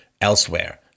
elsewhere